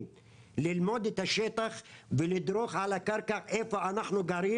ללמוד את השטח ולדרוך על הקרקע איפה אנחנו גרים.